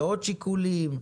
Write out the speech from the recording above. בעוד שיקולים,